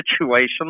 situations